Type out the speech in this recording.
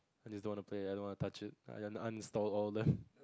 I just don't want to play I don't want to touch it and uninstall all them